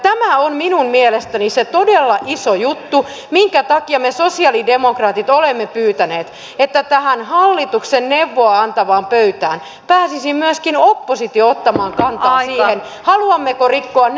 tämä on minun mielestäni se todella iso juttu minkä takia me sosialidemokraatit olemme pyytäneet että tähän hallituksen neuvoa antavaan pöytään pääsisi myöskin oppositio ottamaan kantaa siihen haluammeko rikkoa näin pahasti nyt palvelulupauksemme ihmisille